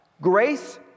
grace